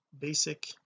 basic